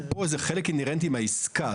פה זה חלק אינהרנטי מהעסקה.